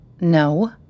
No